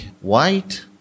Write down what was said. white